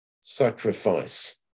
sacrifice